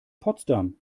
potsdam